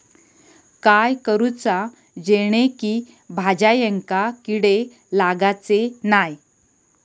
काय करूचा जेणेकी भाजायेंका किडे लागाचे नाय?